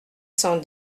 cent